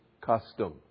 custom